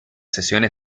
sesiones